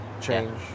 change